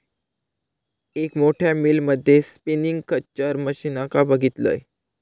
एक मोठ्या मिल मध्ये स्पिनींग खच्चर मशीनका बघितलंय